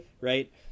Right